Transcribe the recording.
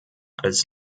als